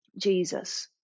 Jesus